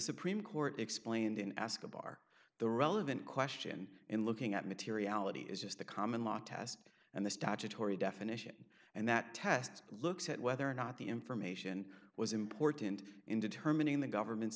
supreme court explained in escobar the relevant question in looking at materiality is just the common law test and the statutory definition and that test looks at whether or not the information was important in determining the government's